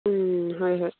ꯎꯝ ꯍꯣꯏ ꯍꯣꯏ